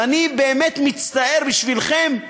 ואני באמת מצטער בשבילכם,